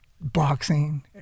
boxing